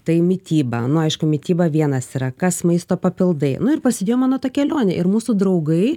tai mityba nu aišku mityba vienas yra kas maisto papildai nu ir pasidėjo mano ta kelionė ir mūsų draugai